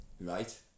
right